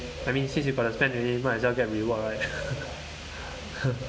I mean since you gotta spend already might as well get rewards right